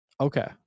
Okay